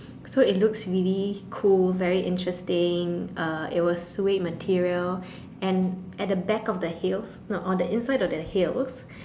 so it looks really cool very interesting uh it was suede material and at the back of the heels no on the inside of the heels